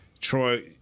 Troy